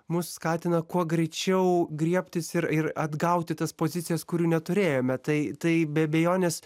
mus skatina kuo greičiau griebtis ir ir atgauti tas pozicijas kurių neturėjome tai tai be abejonės